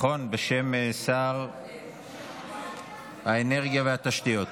בשם שר האנרגיה והתשתיות.